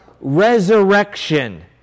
resurrection